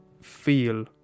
feel